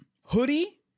hoodie